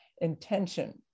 intention